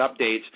updates